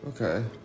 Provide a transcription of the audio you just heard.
Okay